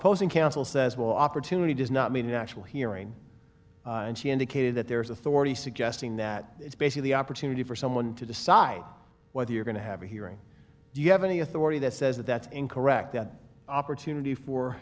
opposing counsel says well opportunity does not mean an actual hearing and she indicated that there is authority suggesting that it's basically opportunity for someone to decide whether you're going to have a hearing do you have any authority that says that that's incorrect that opportunity for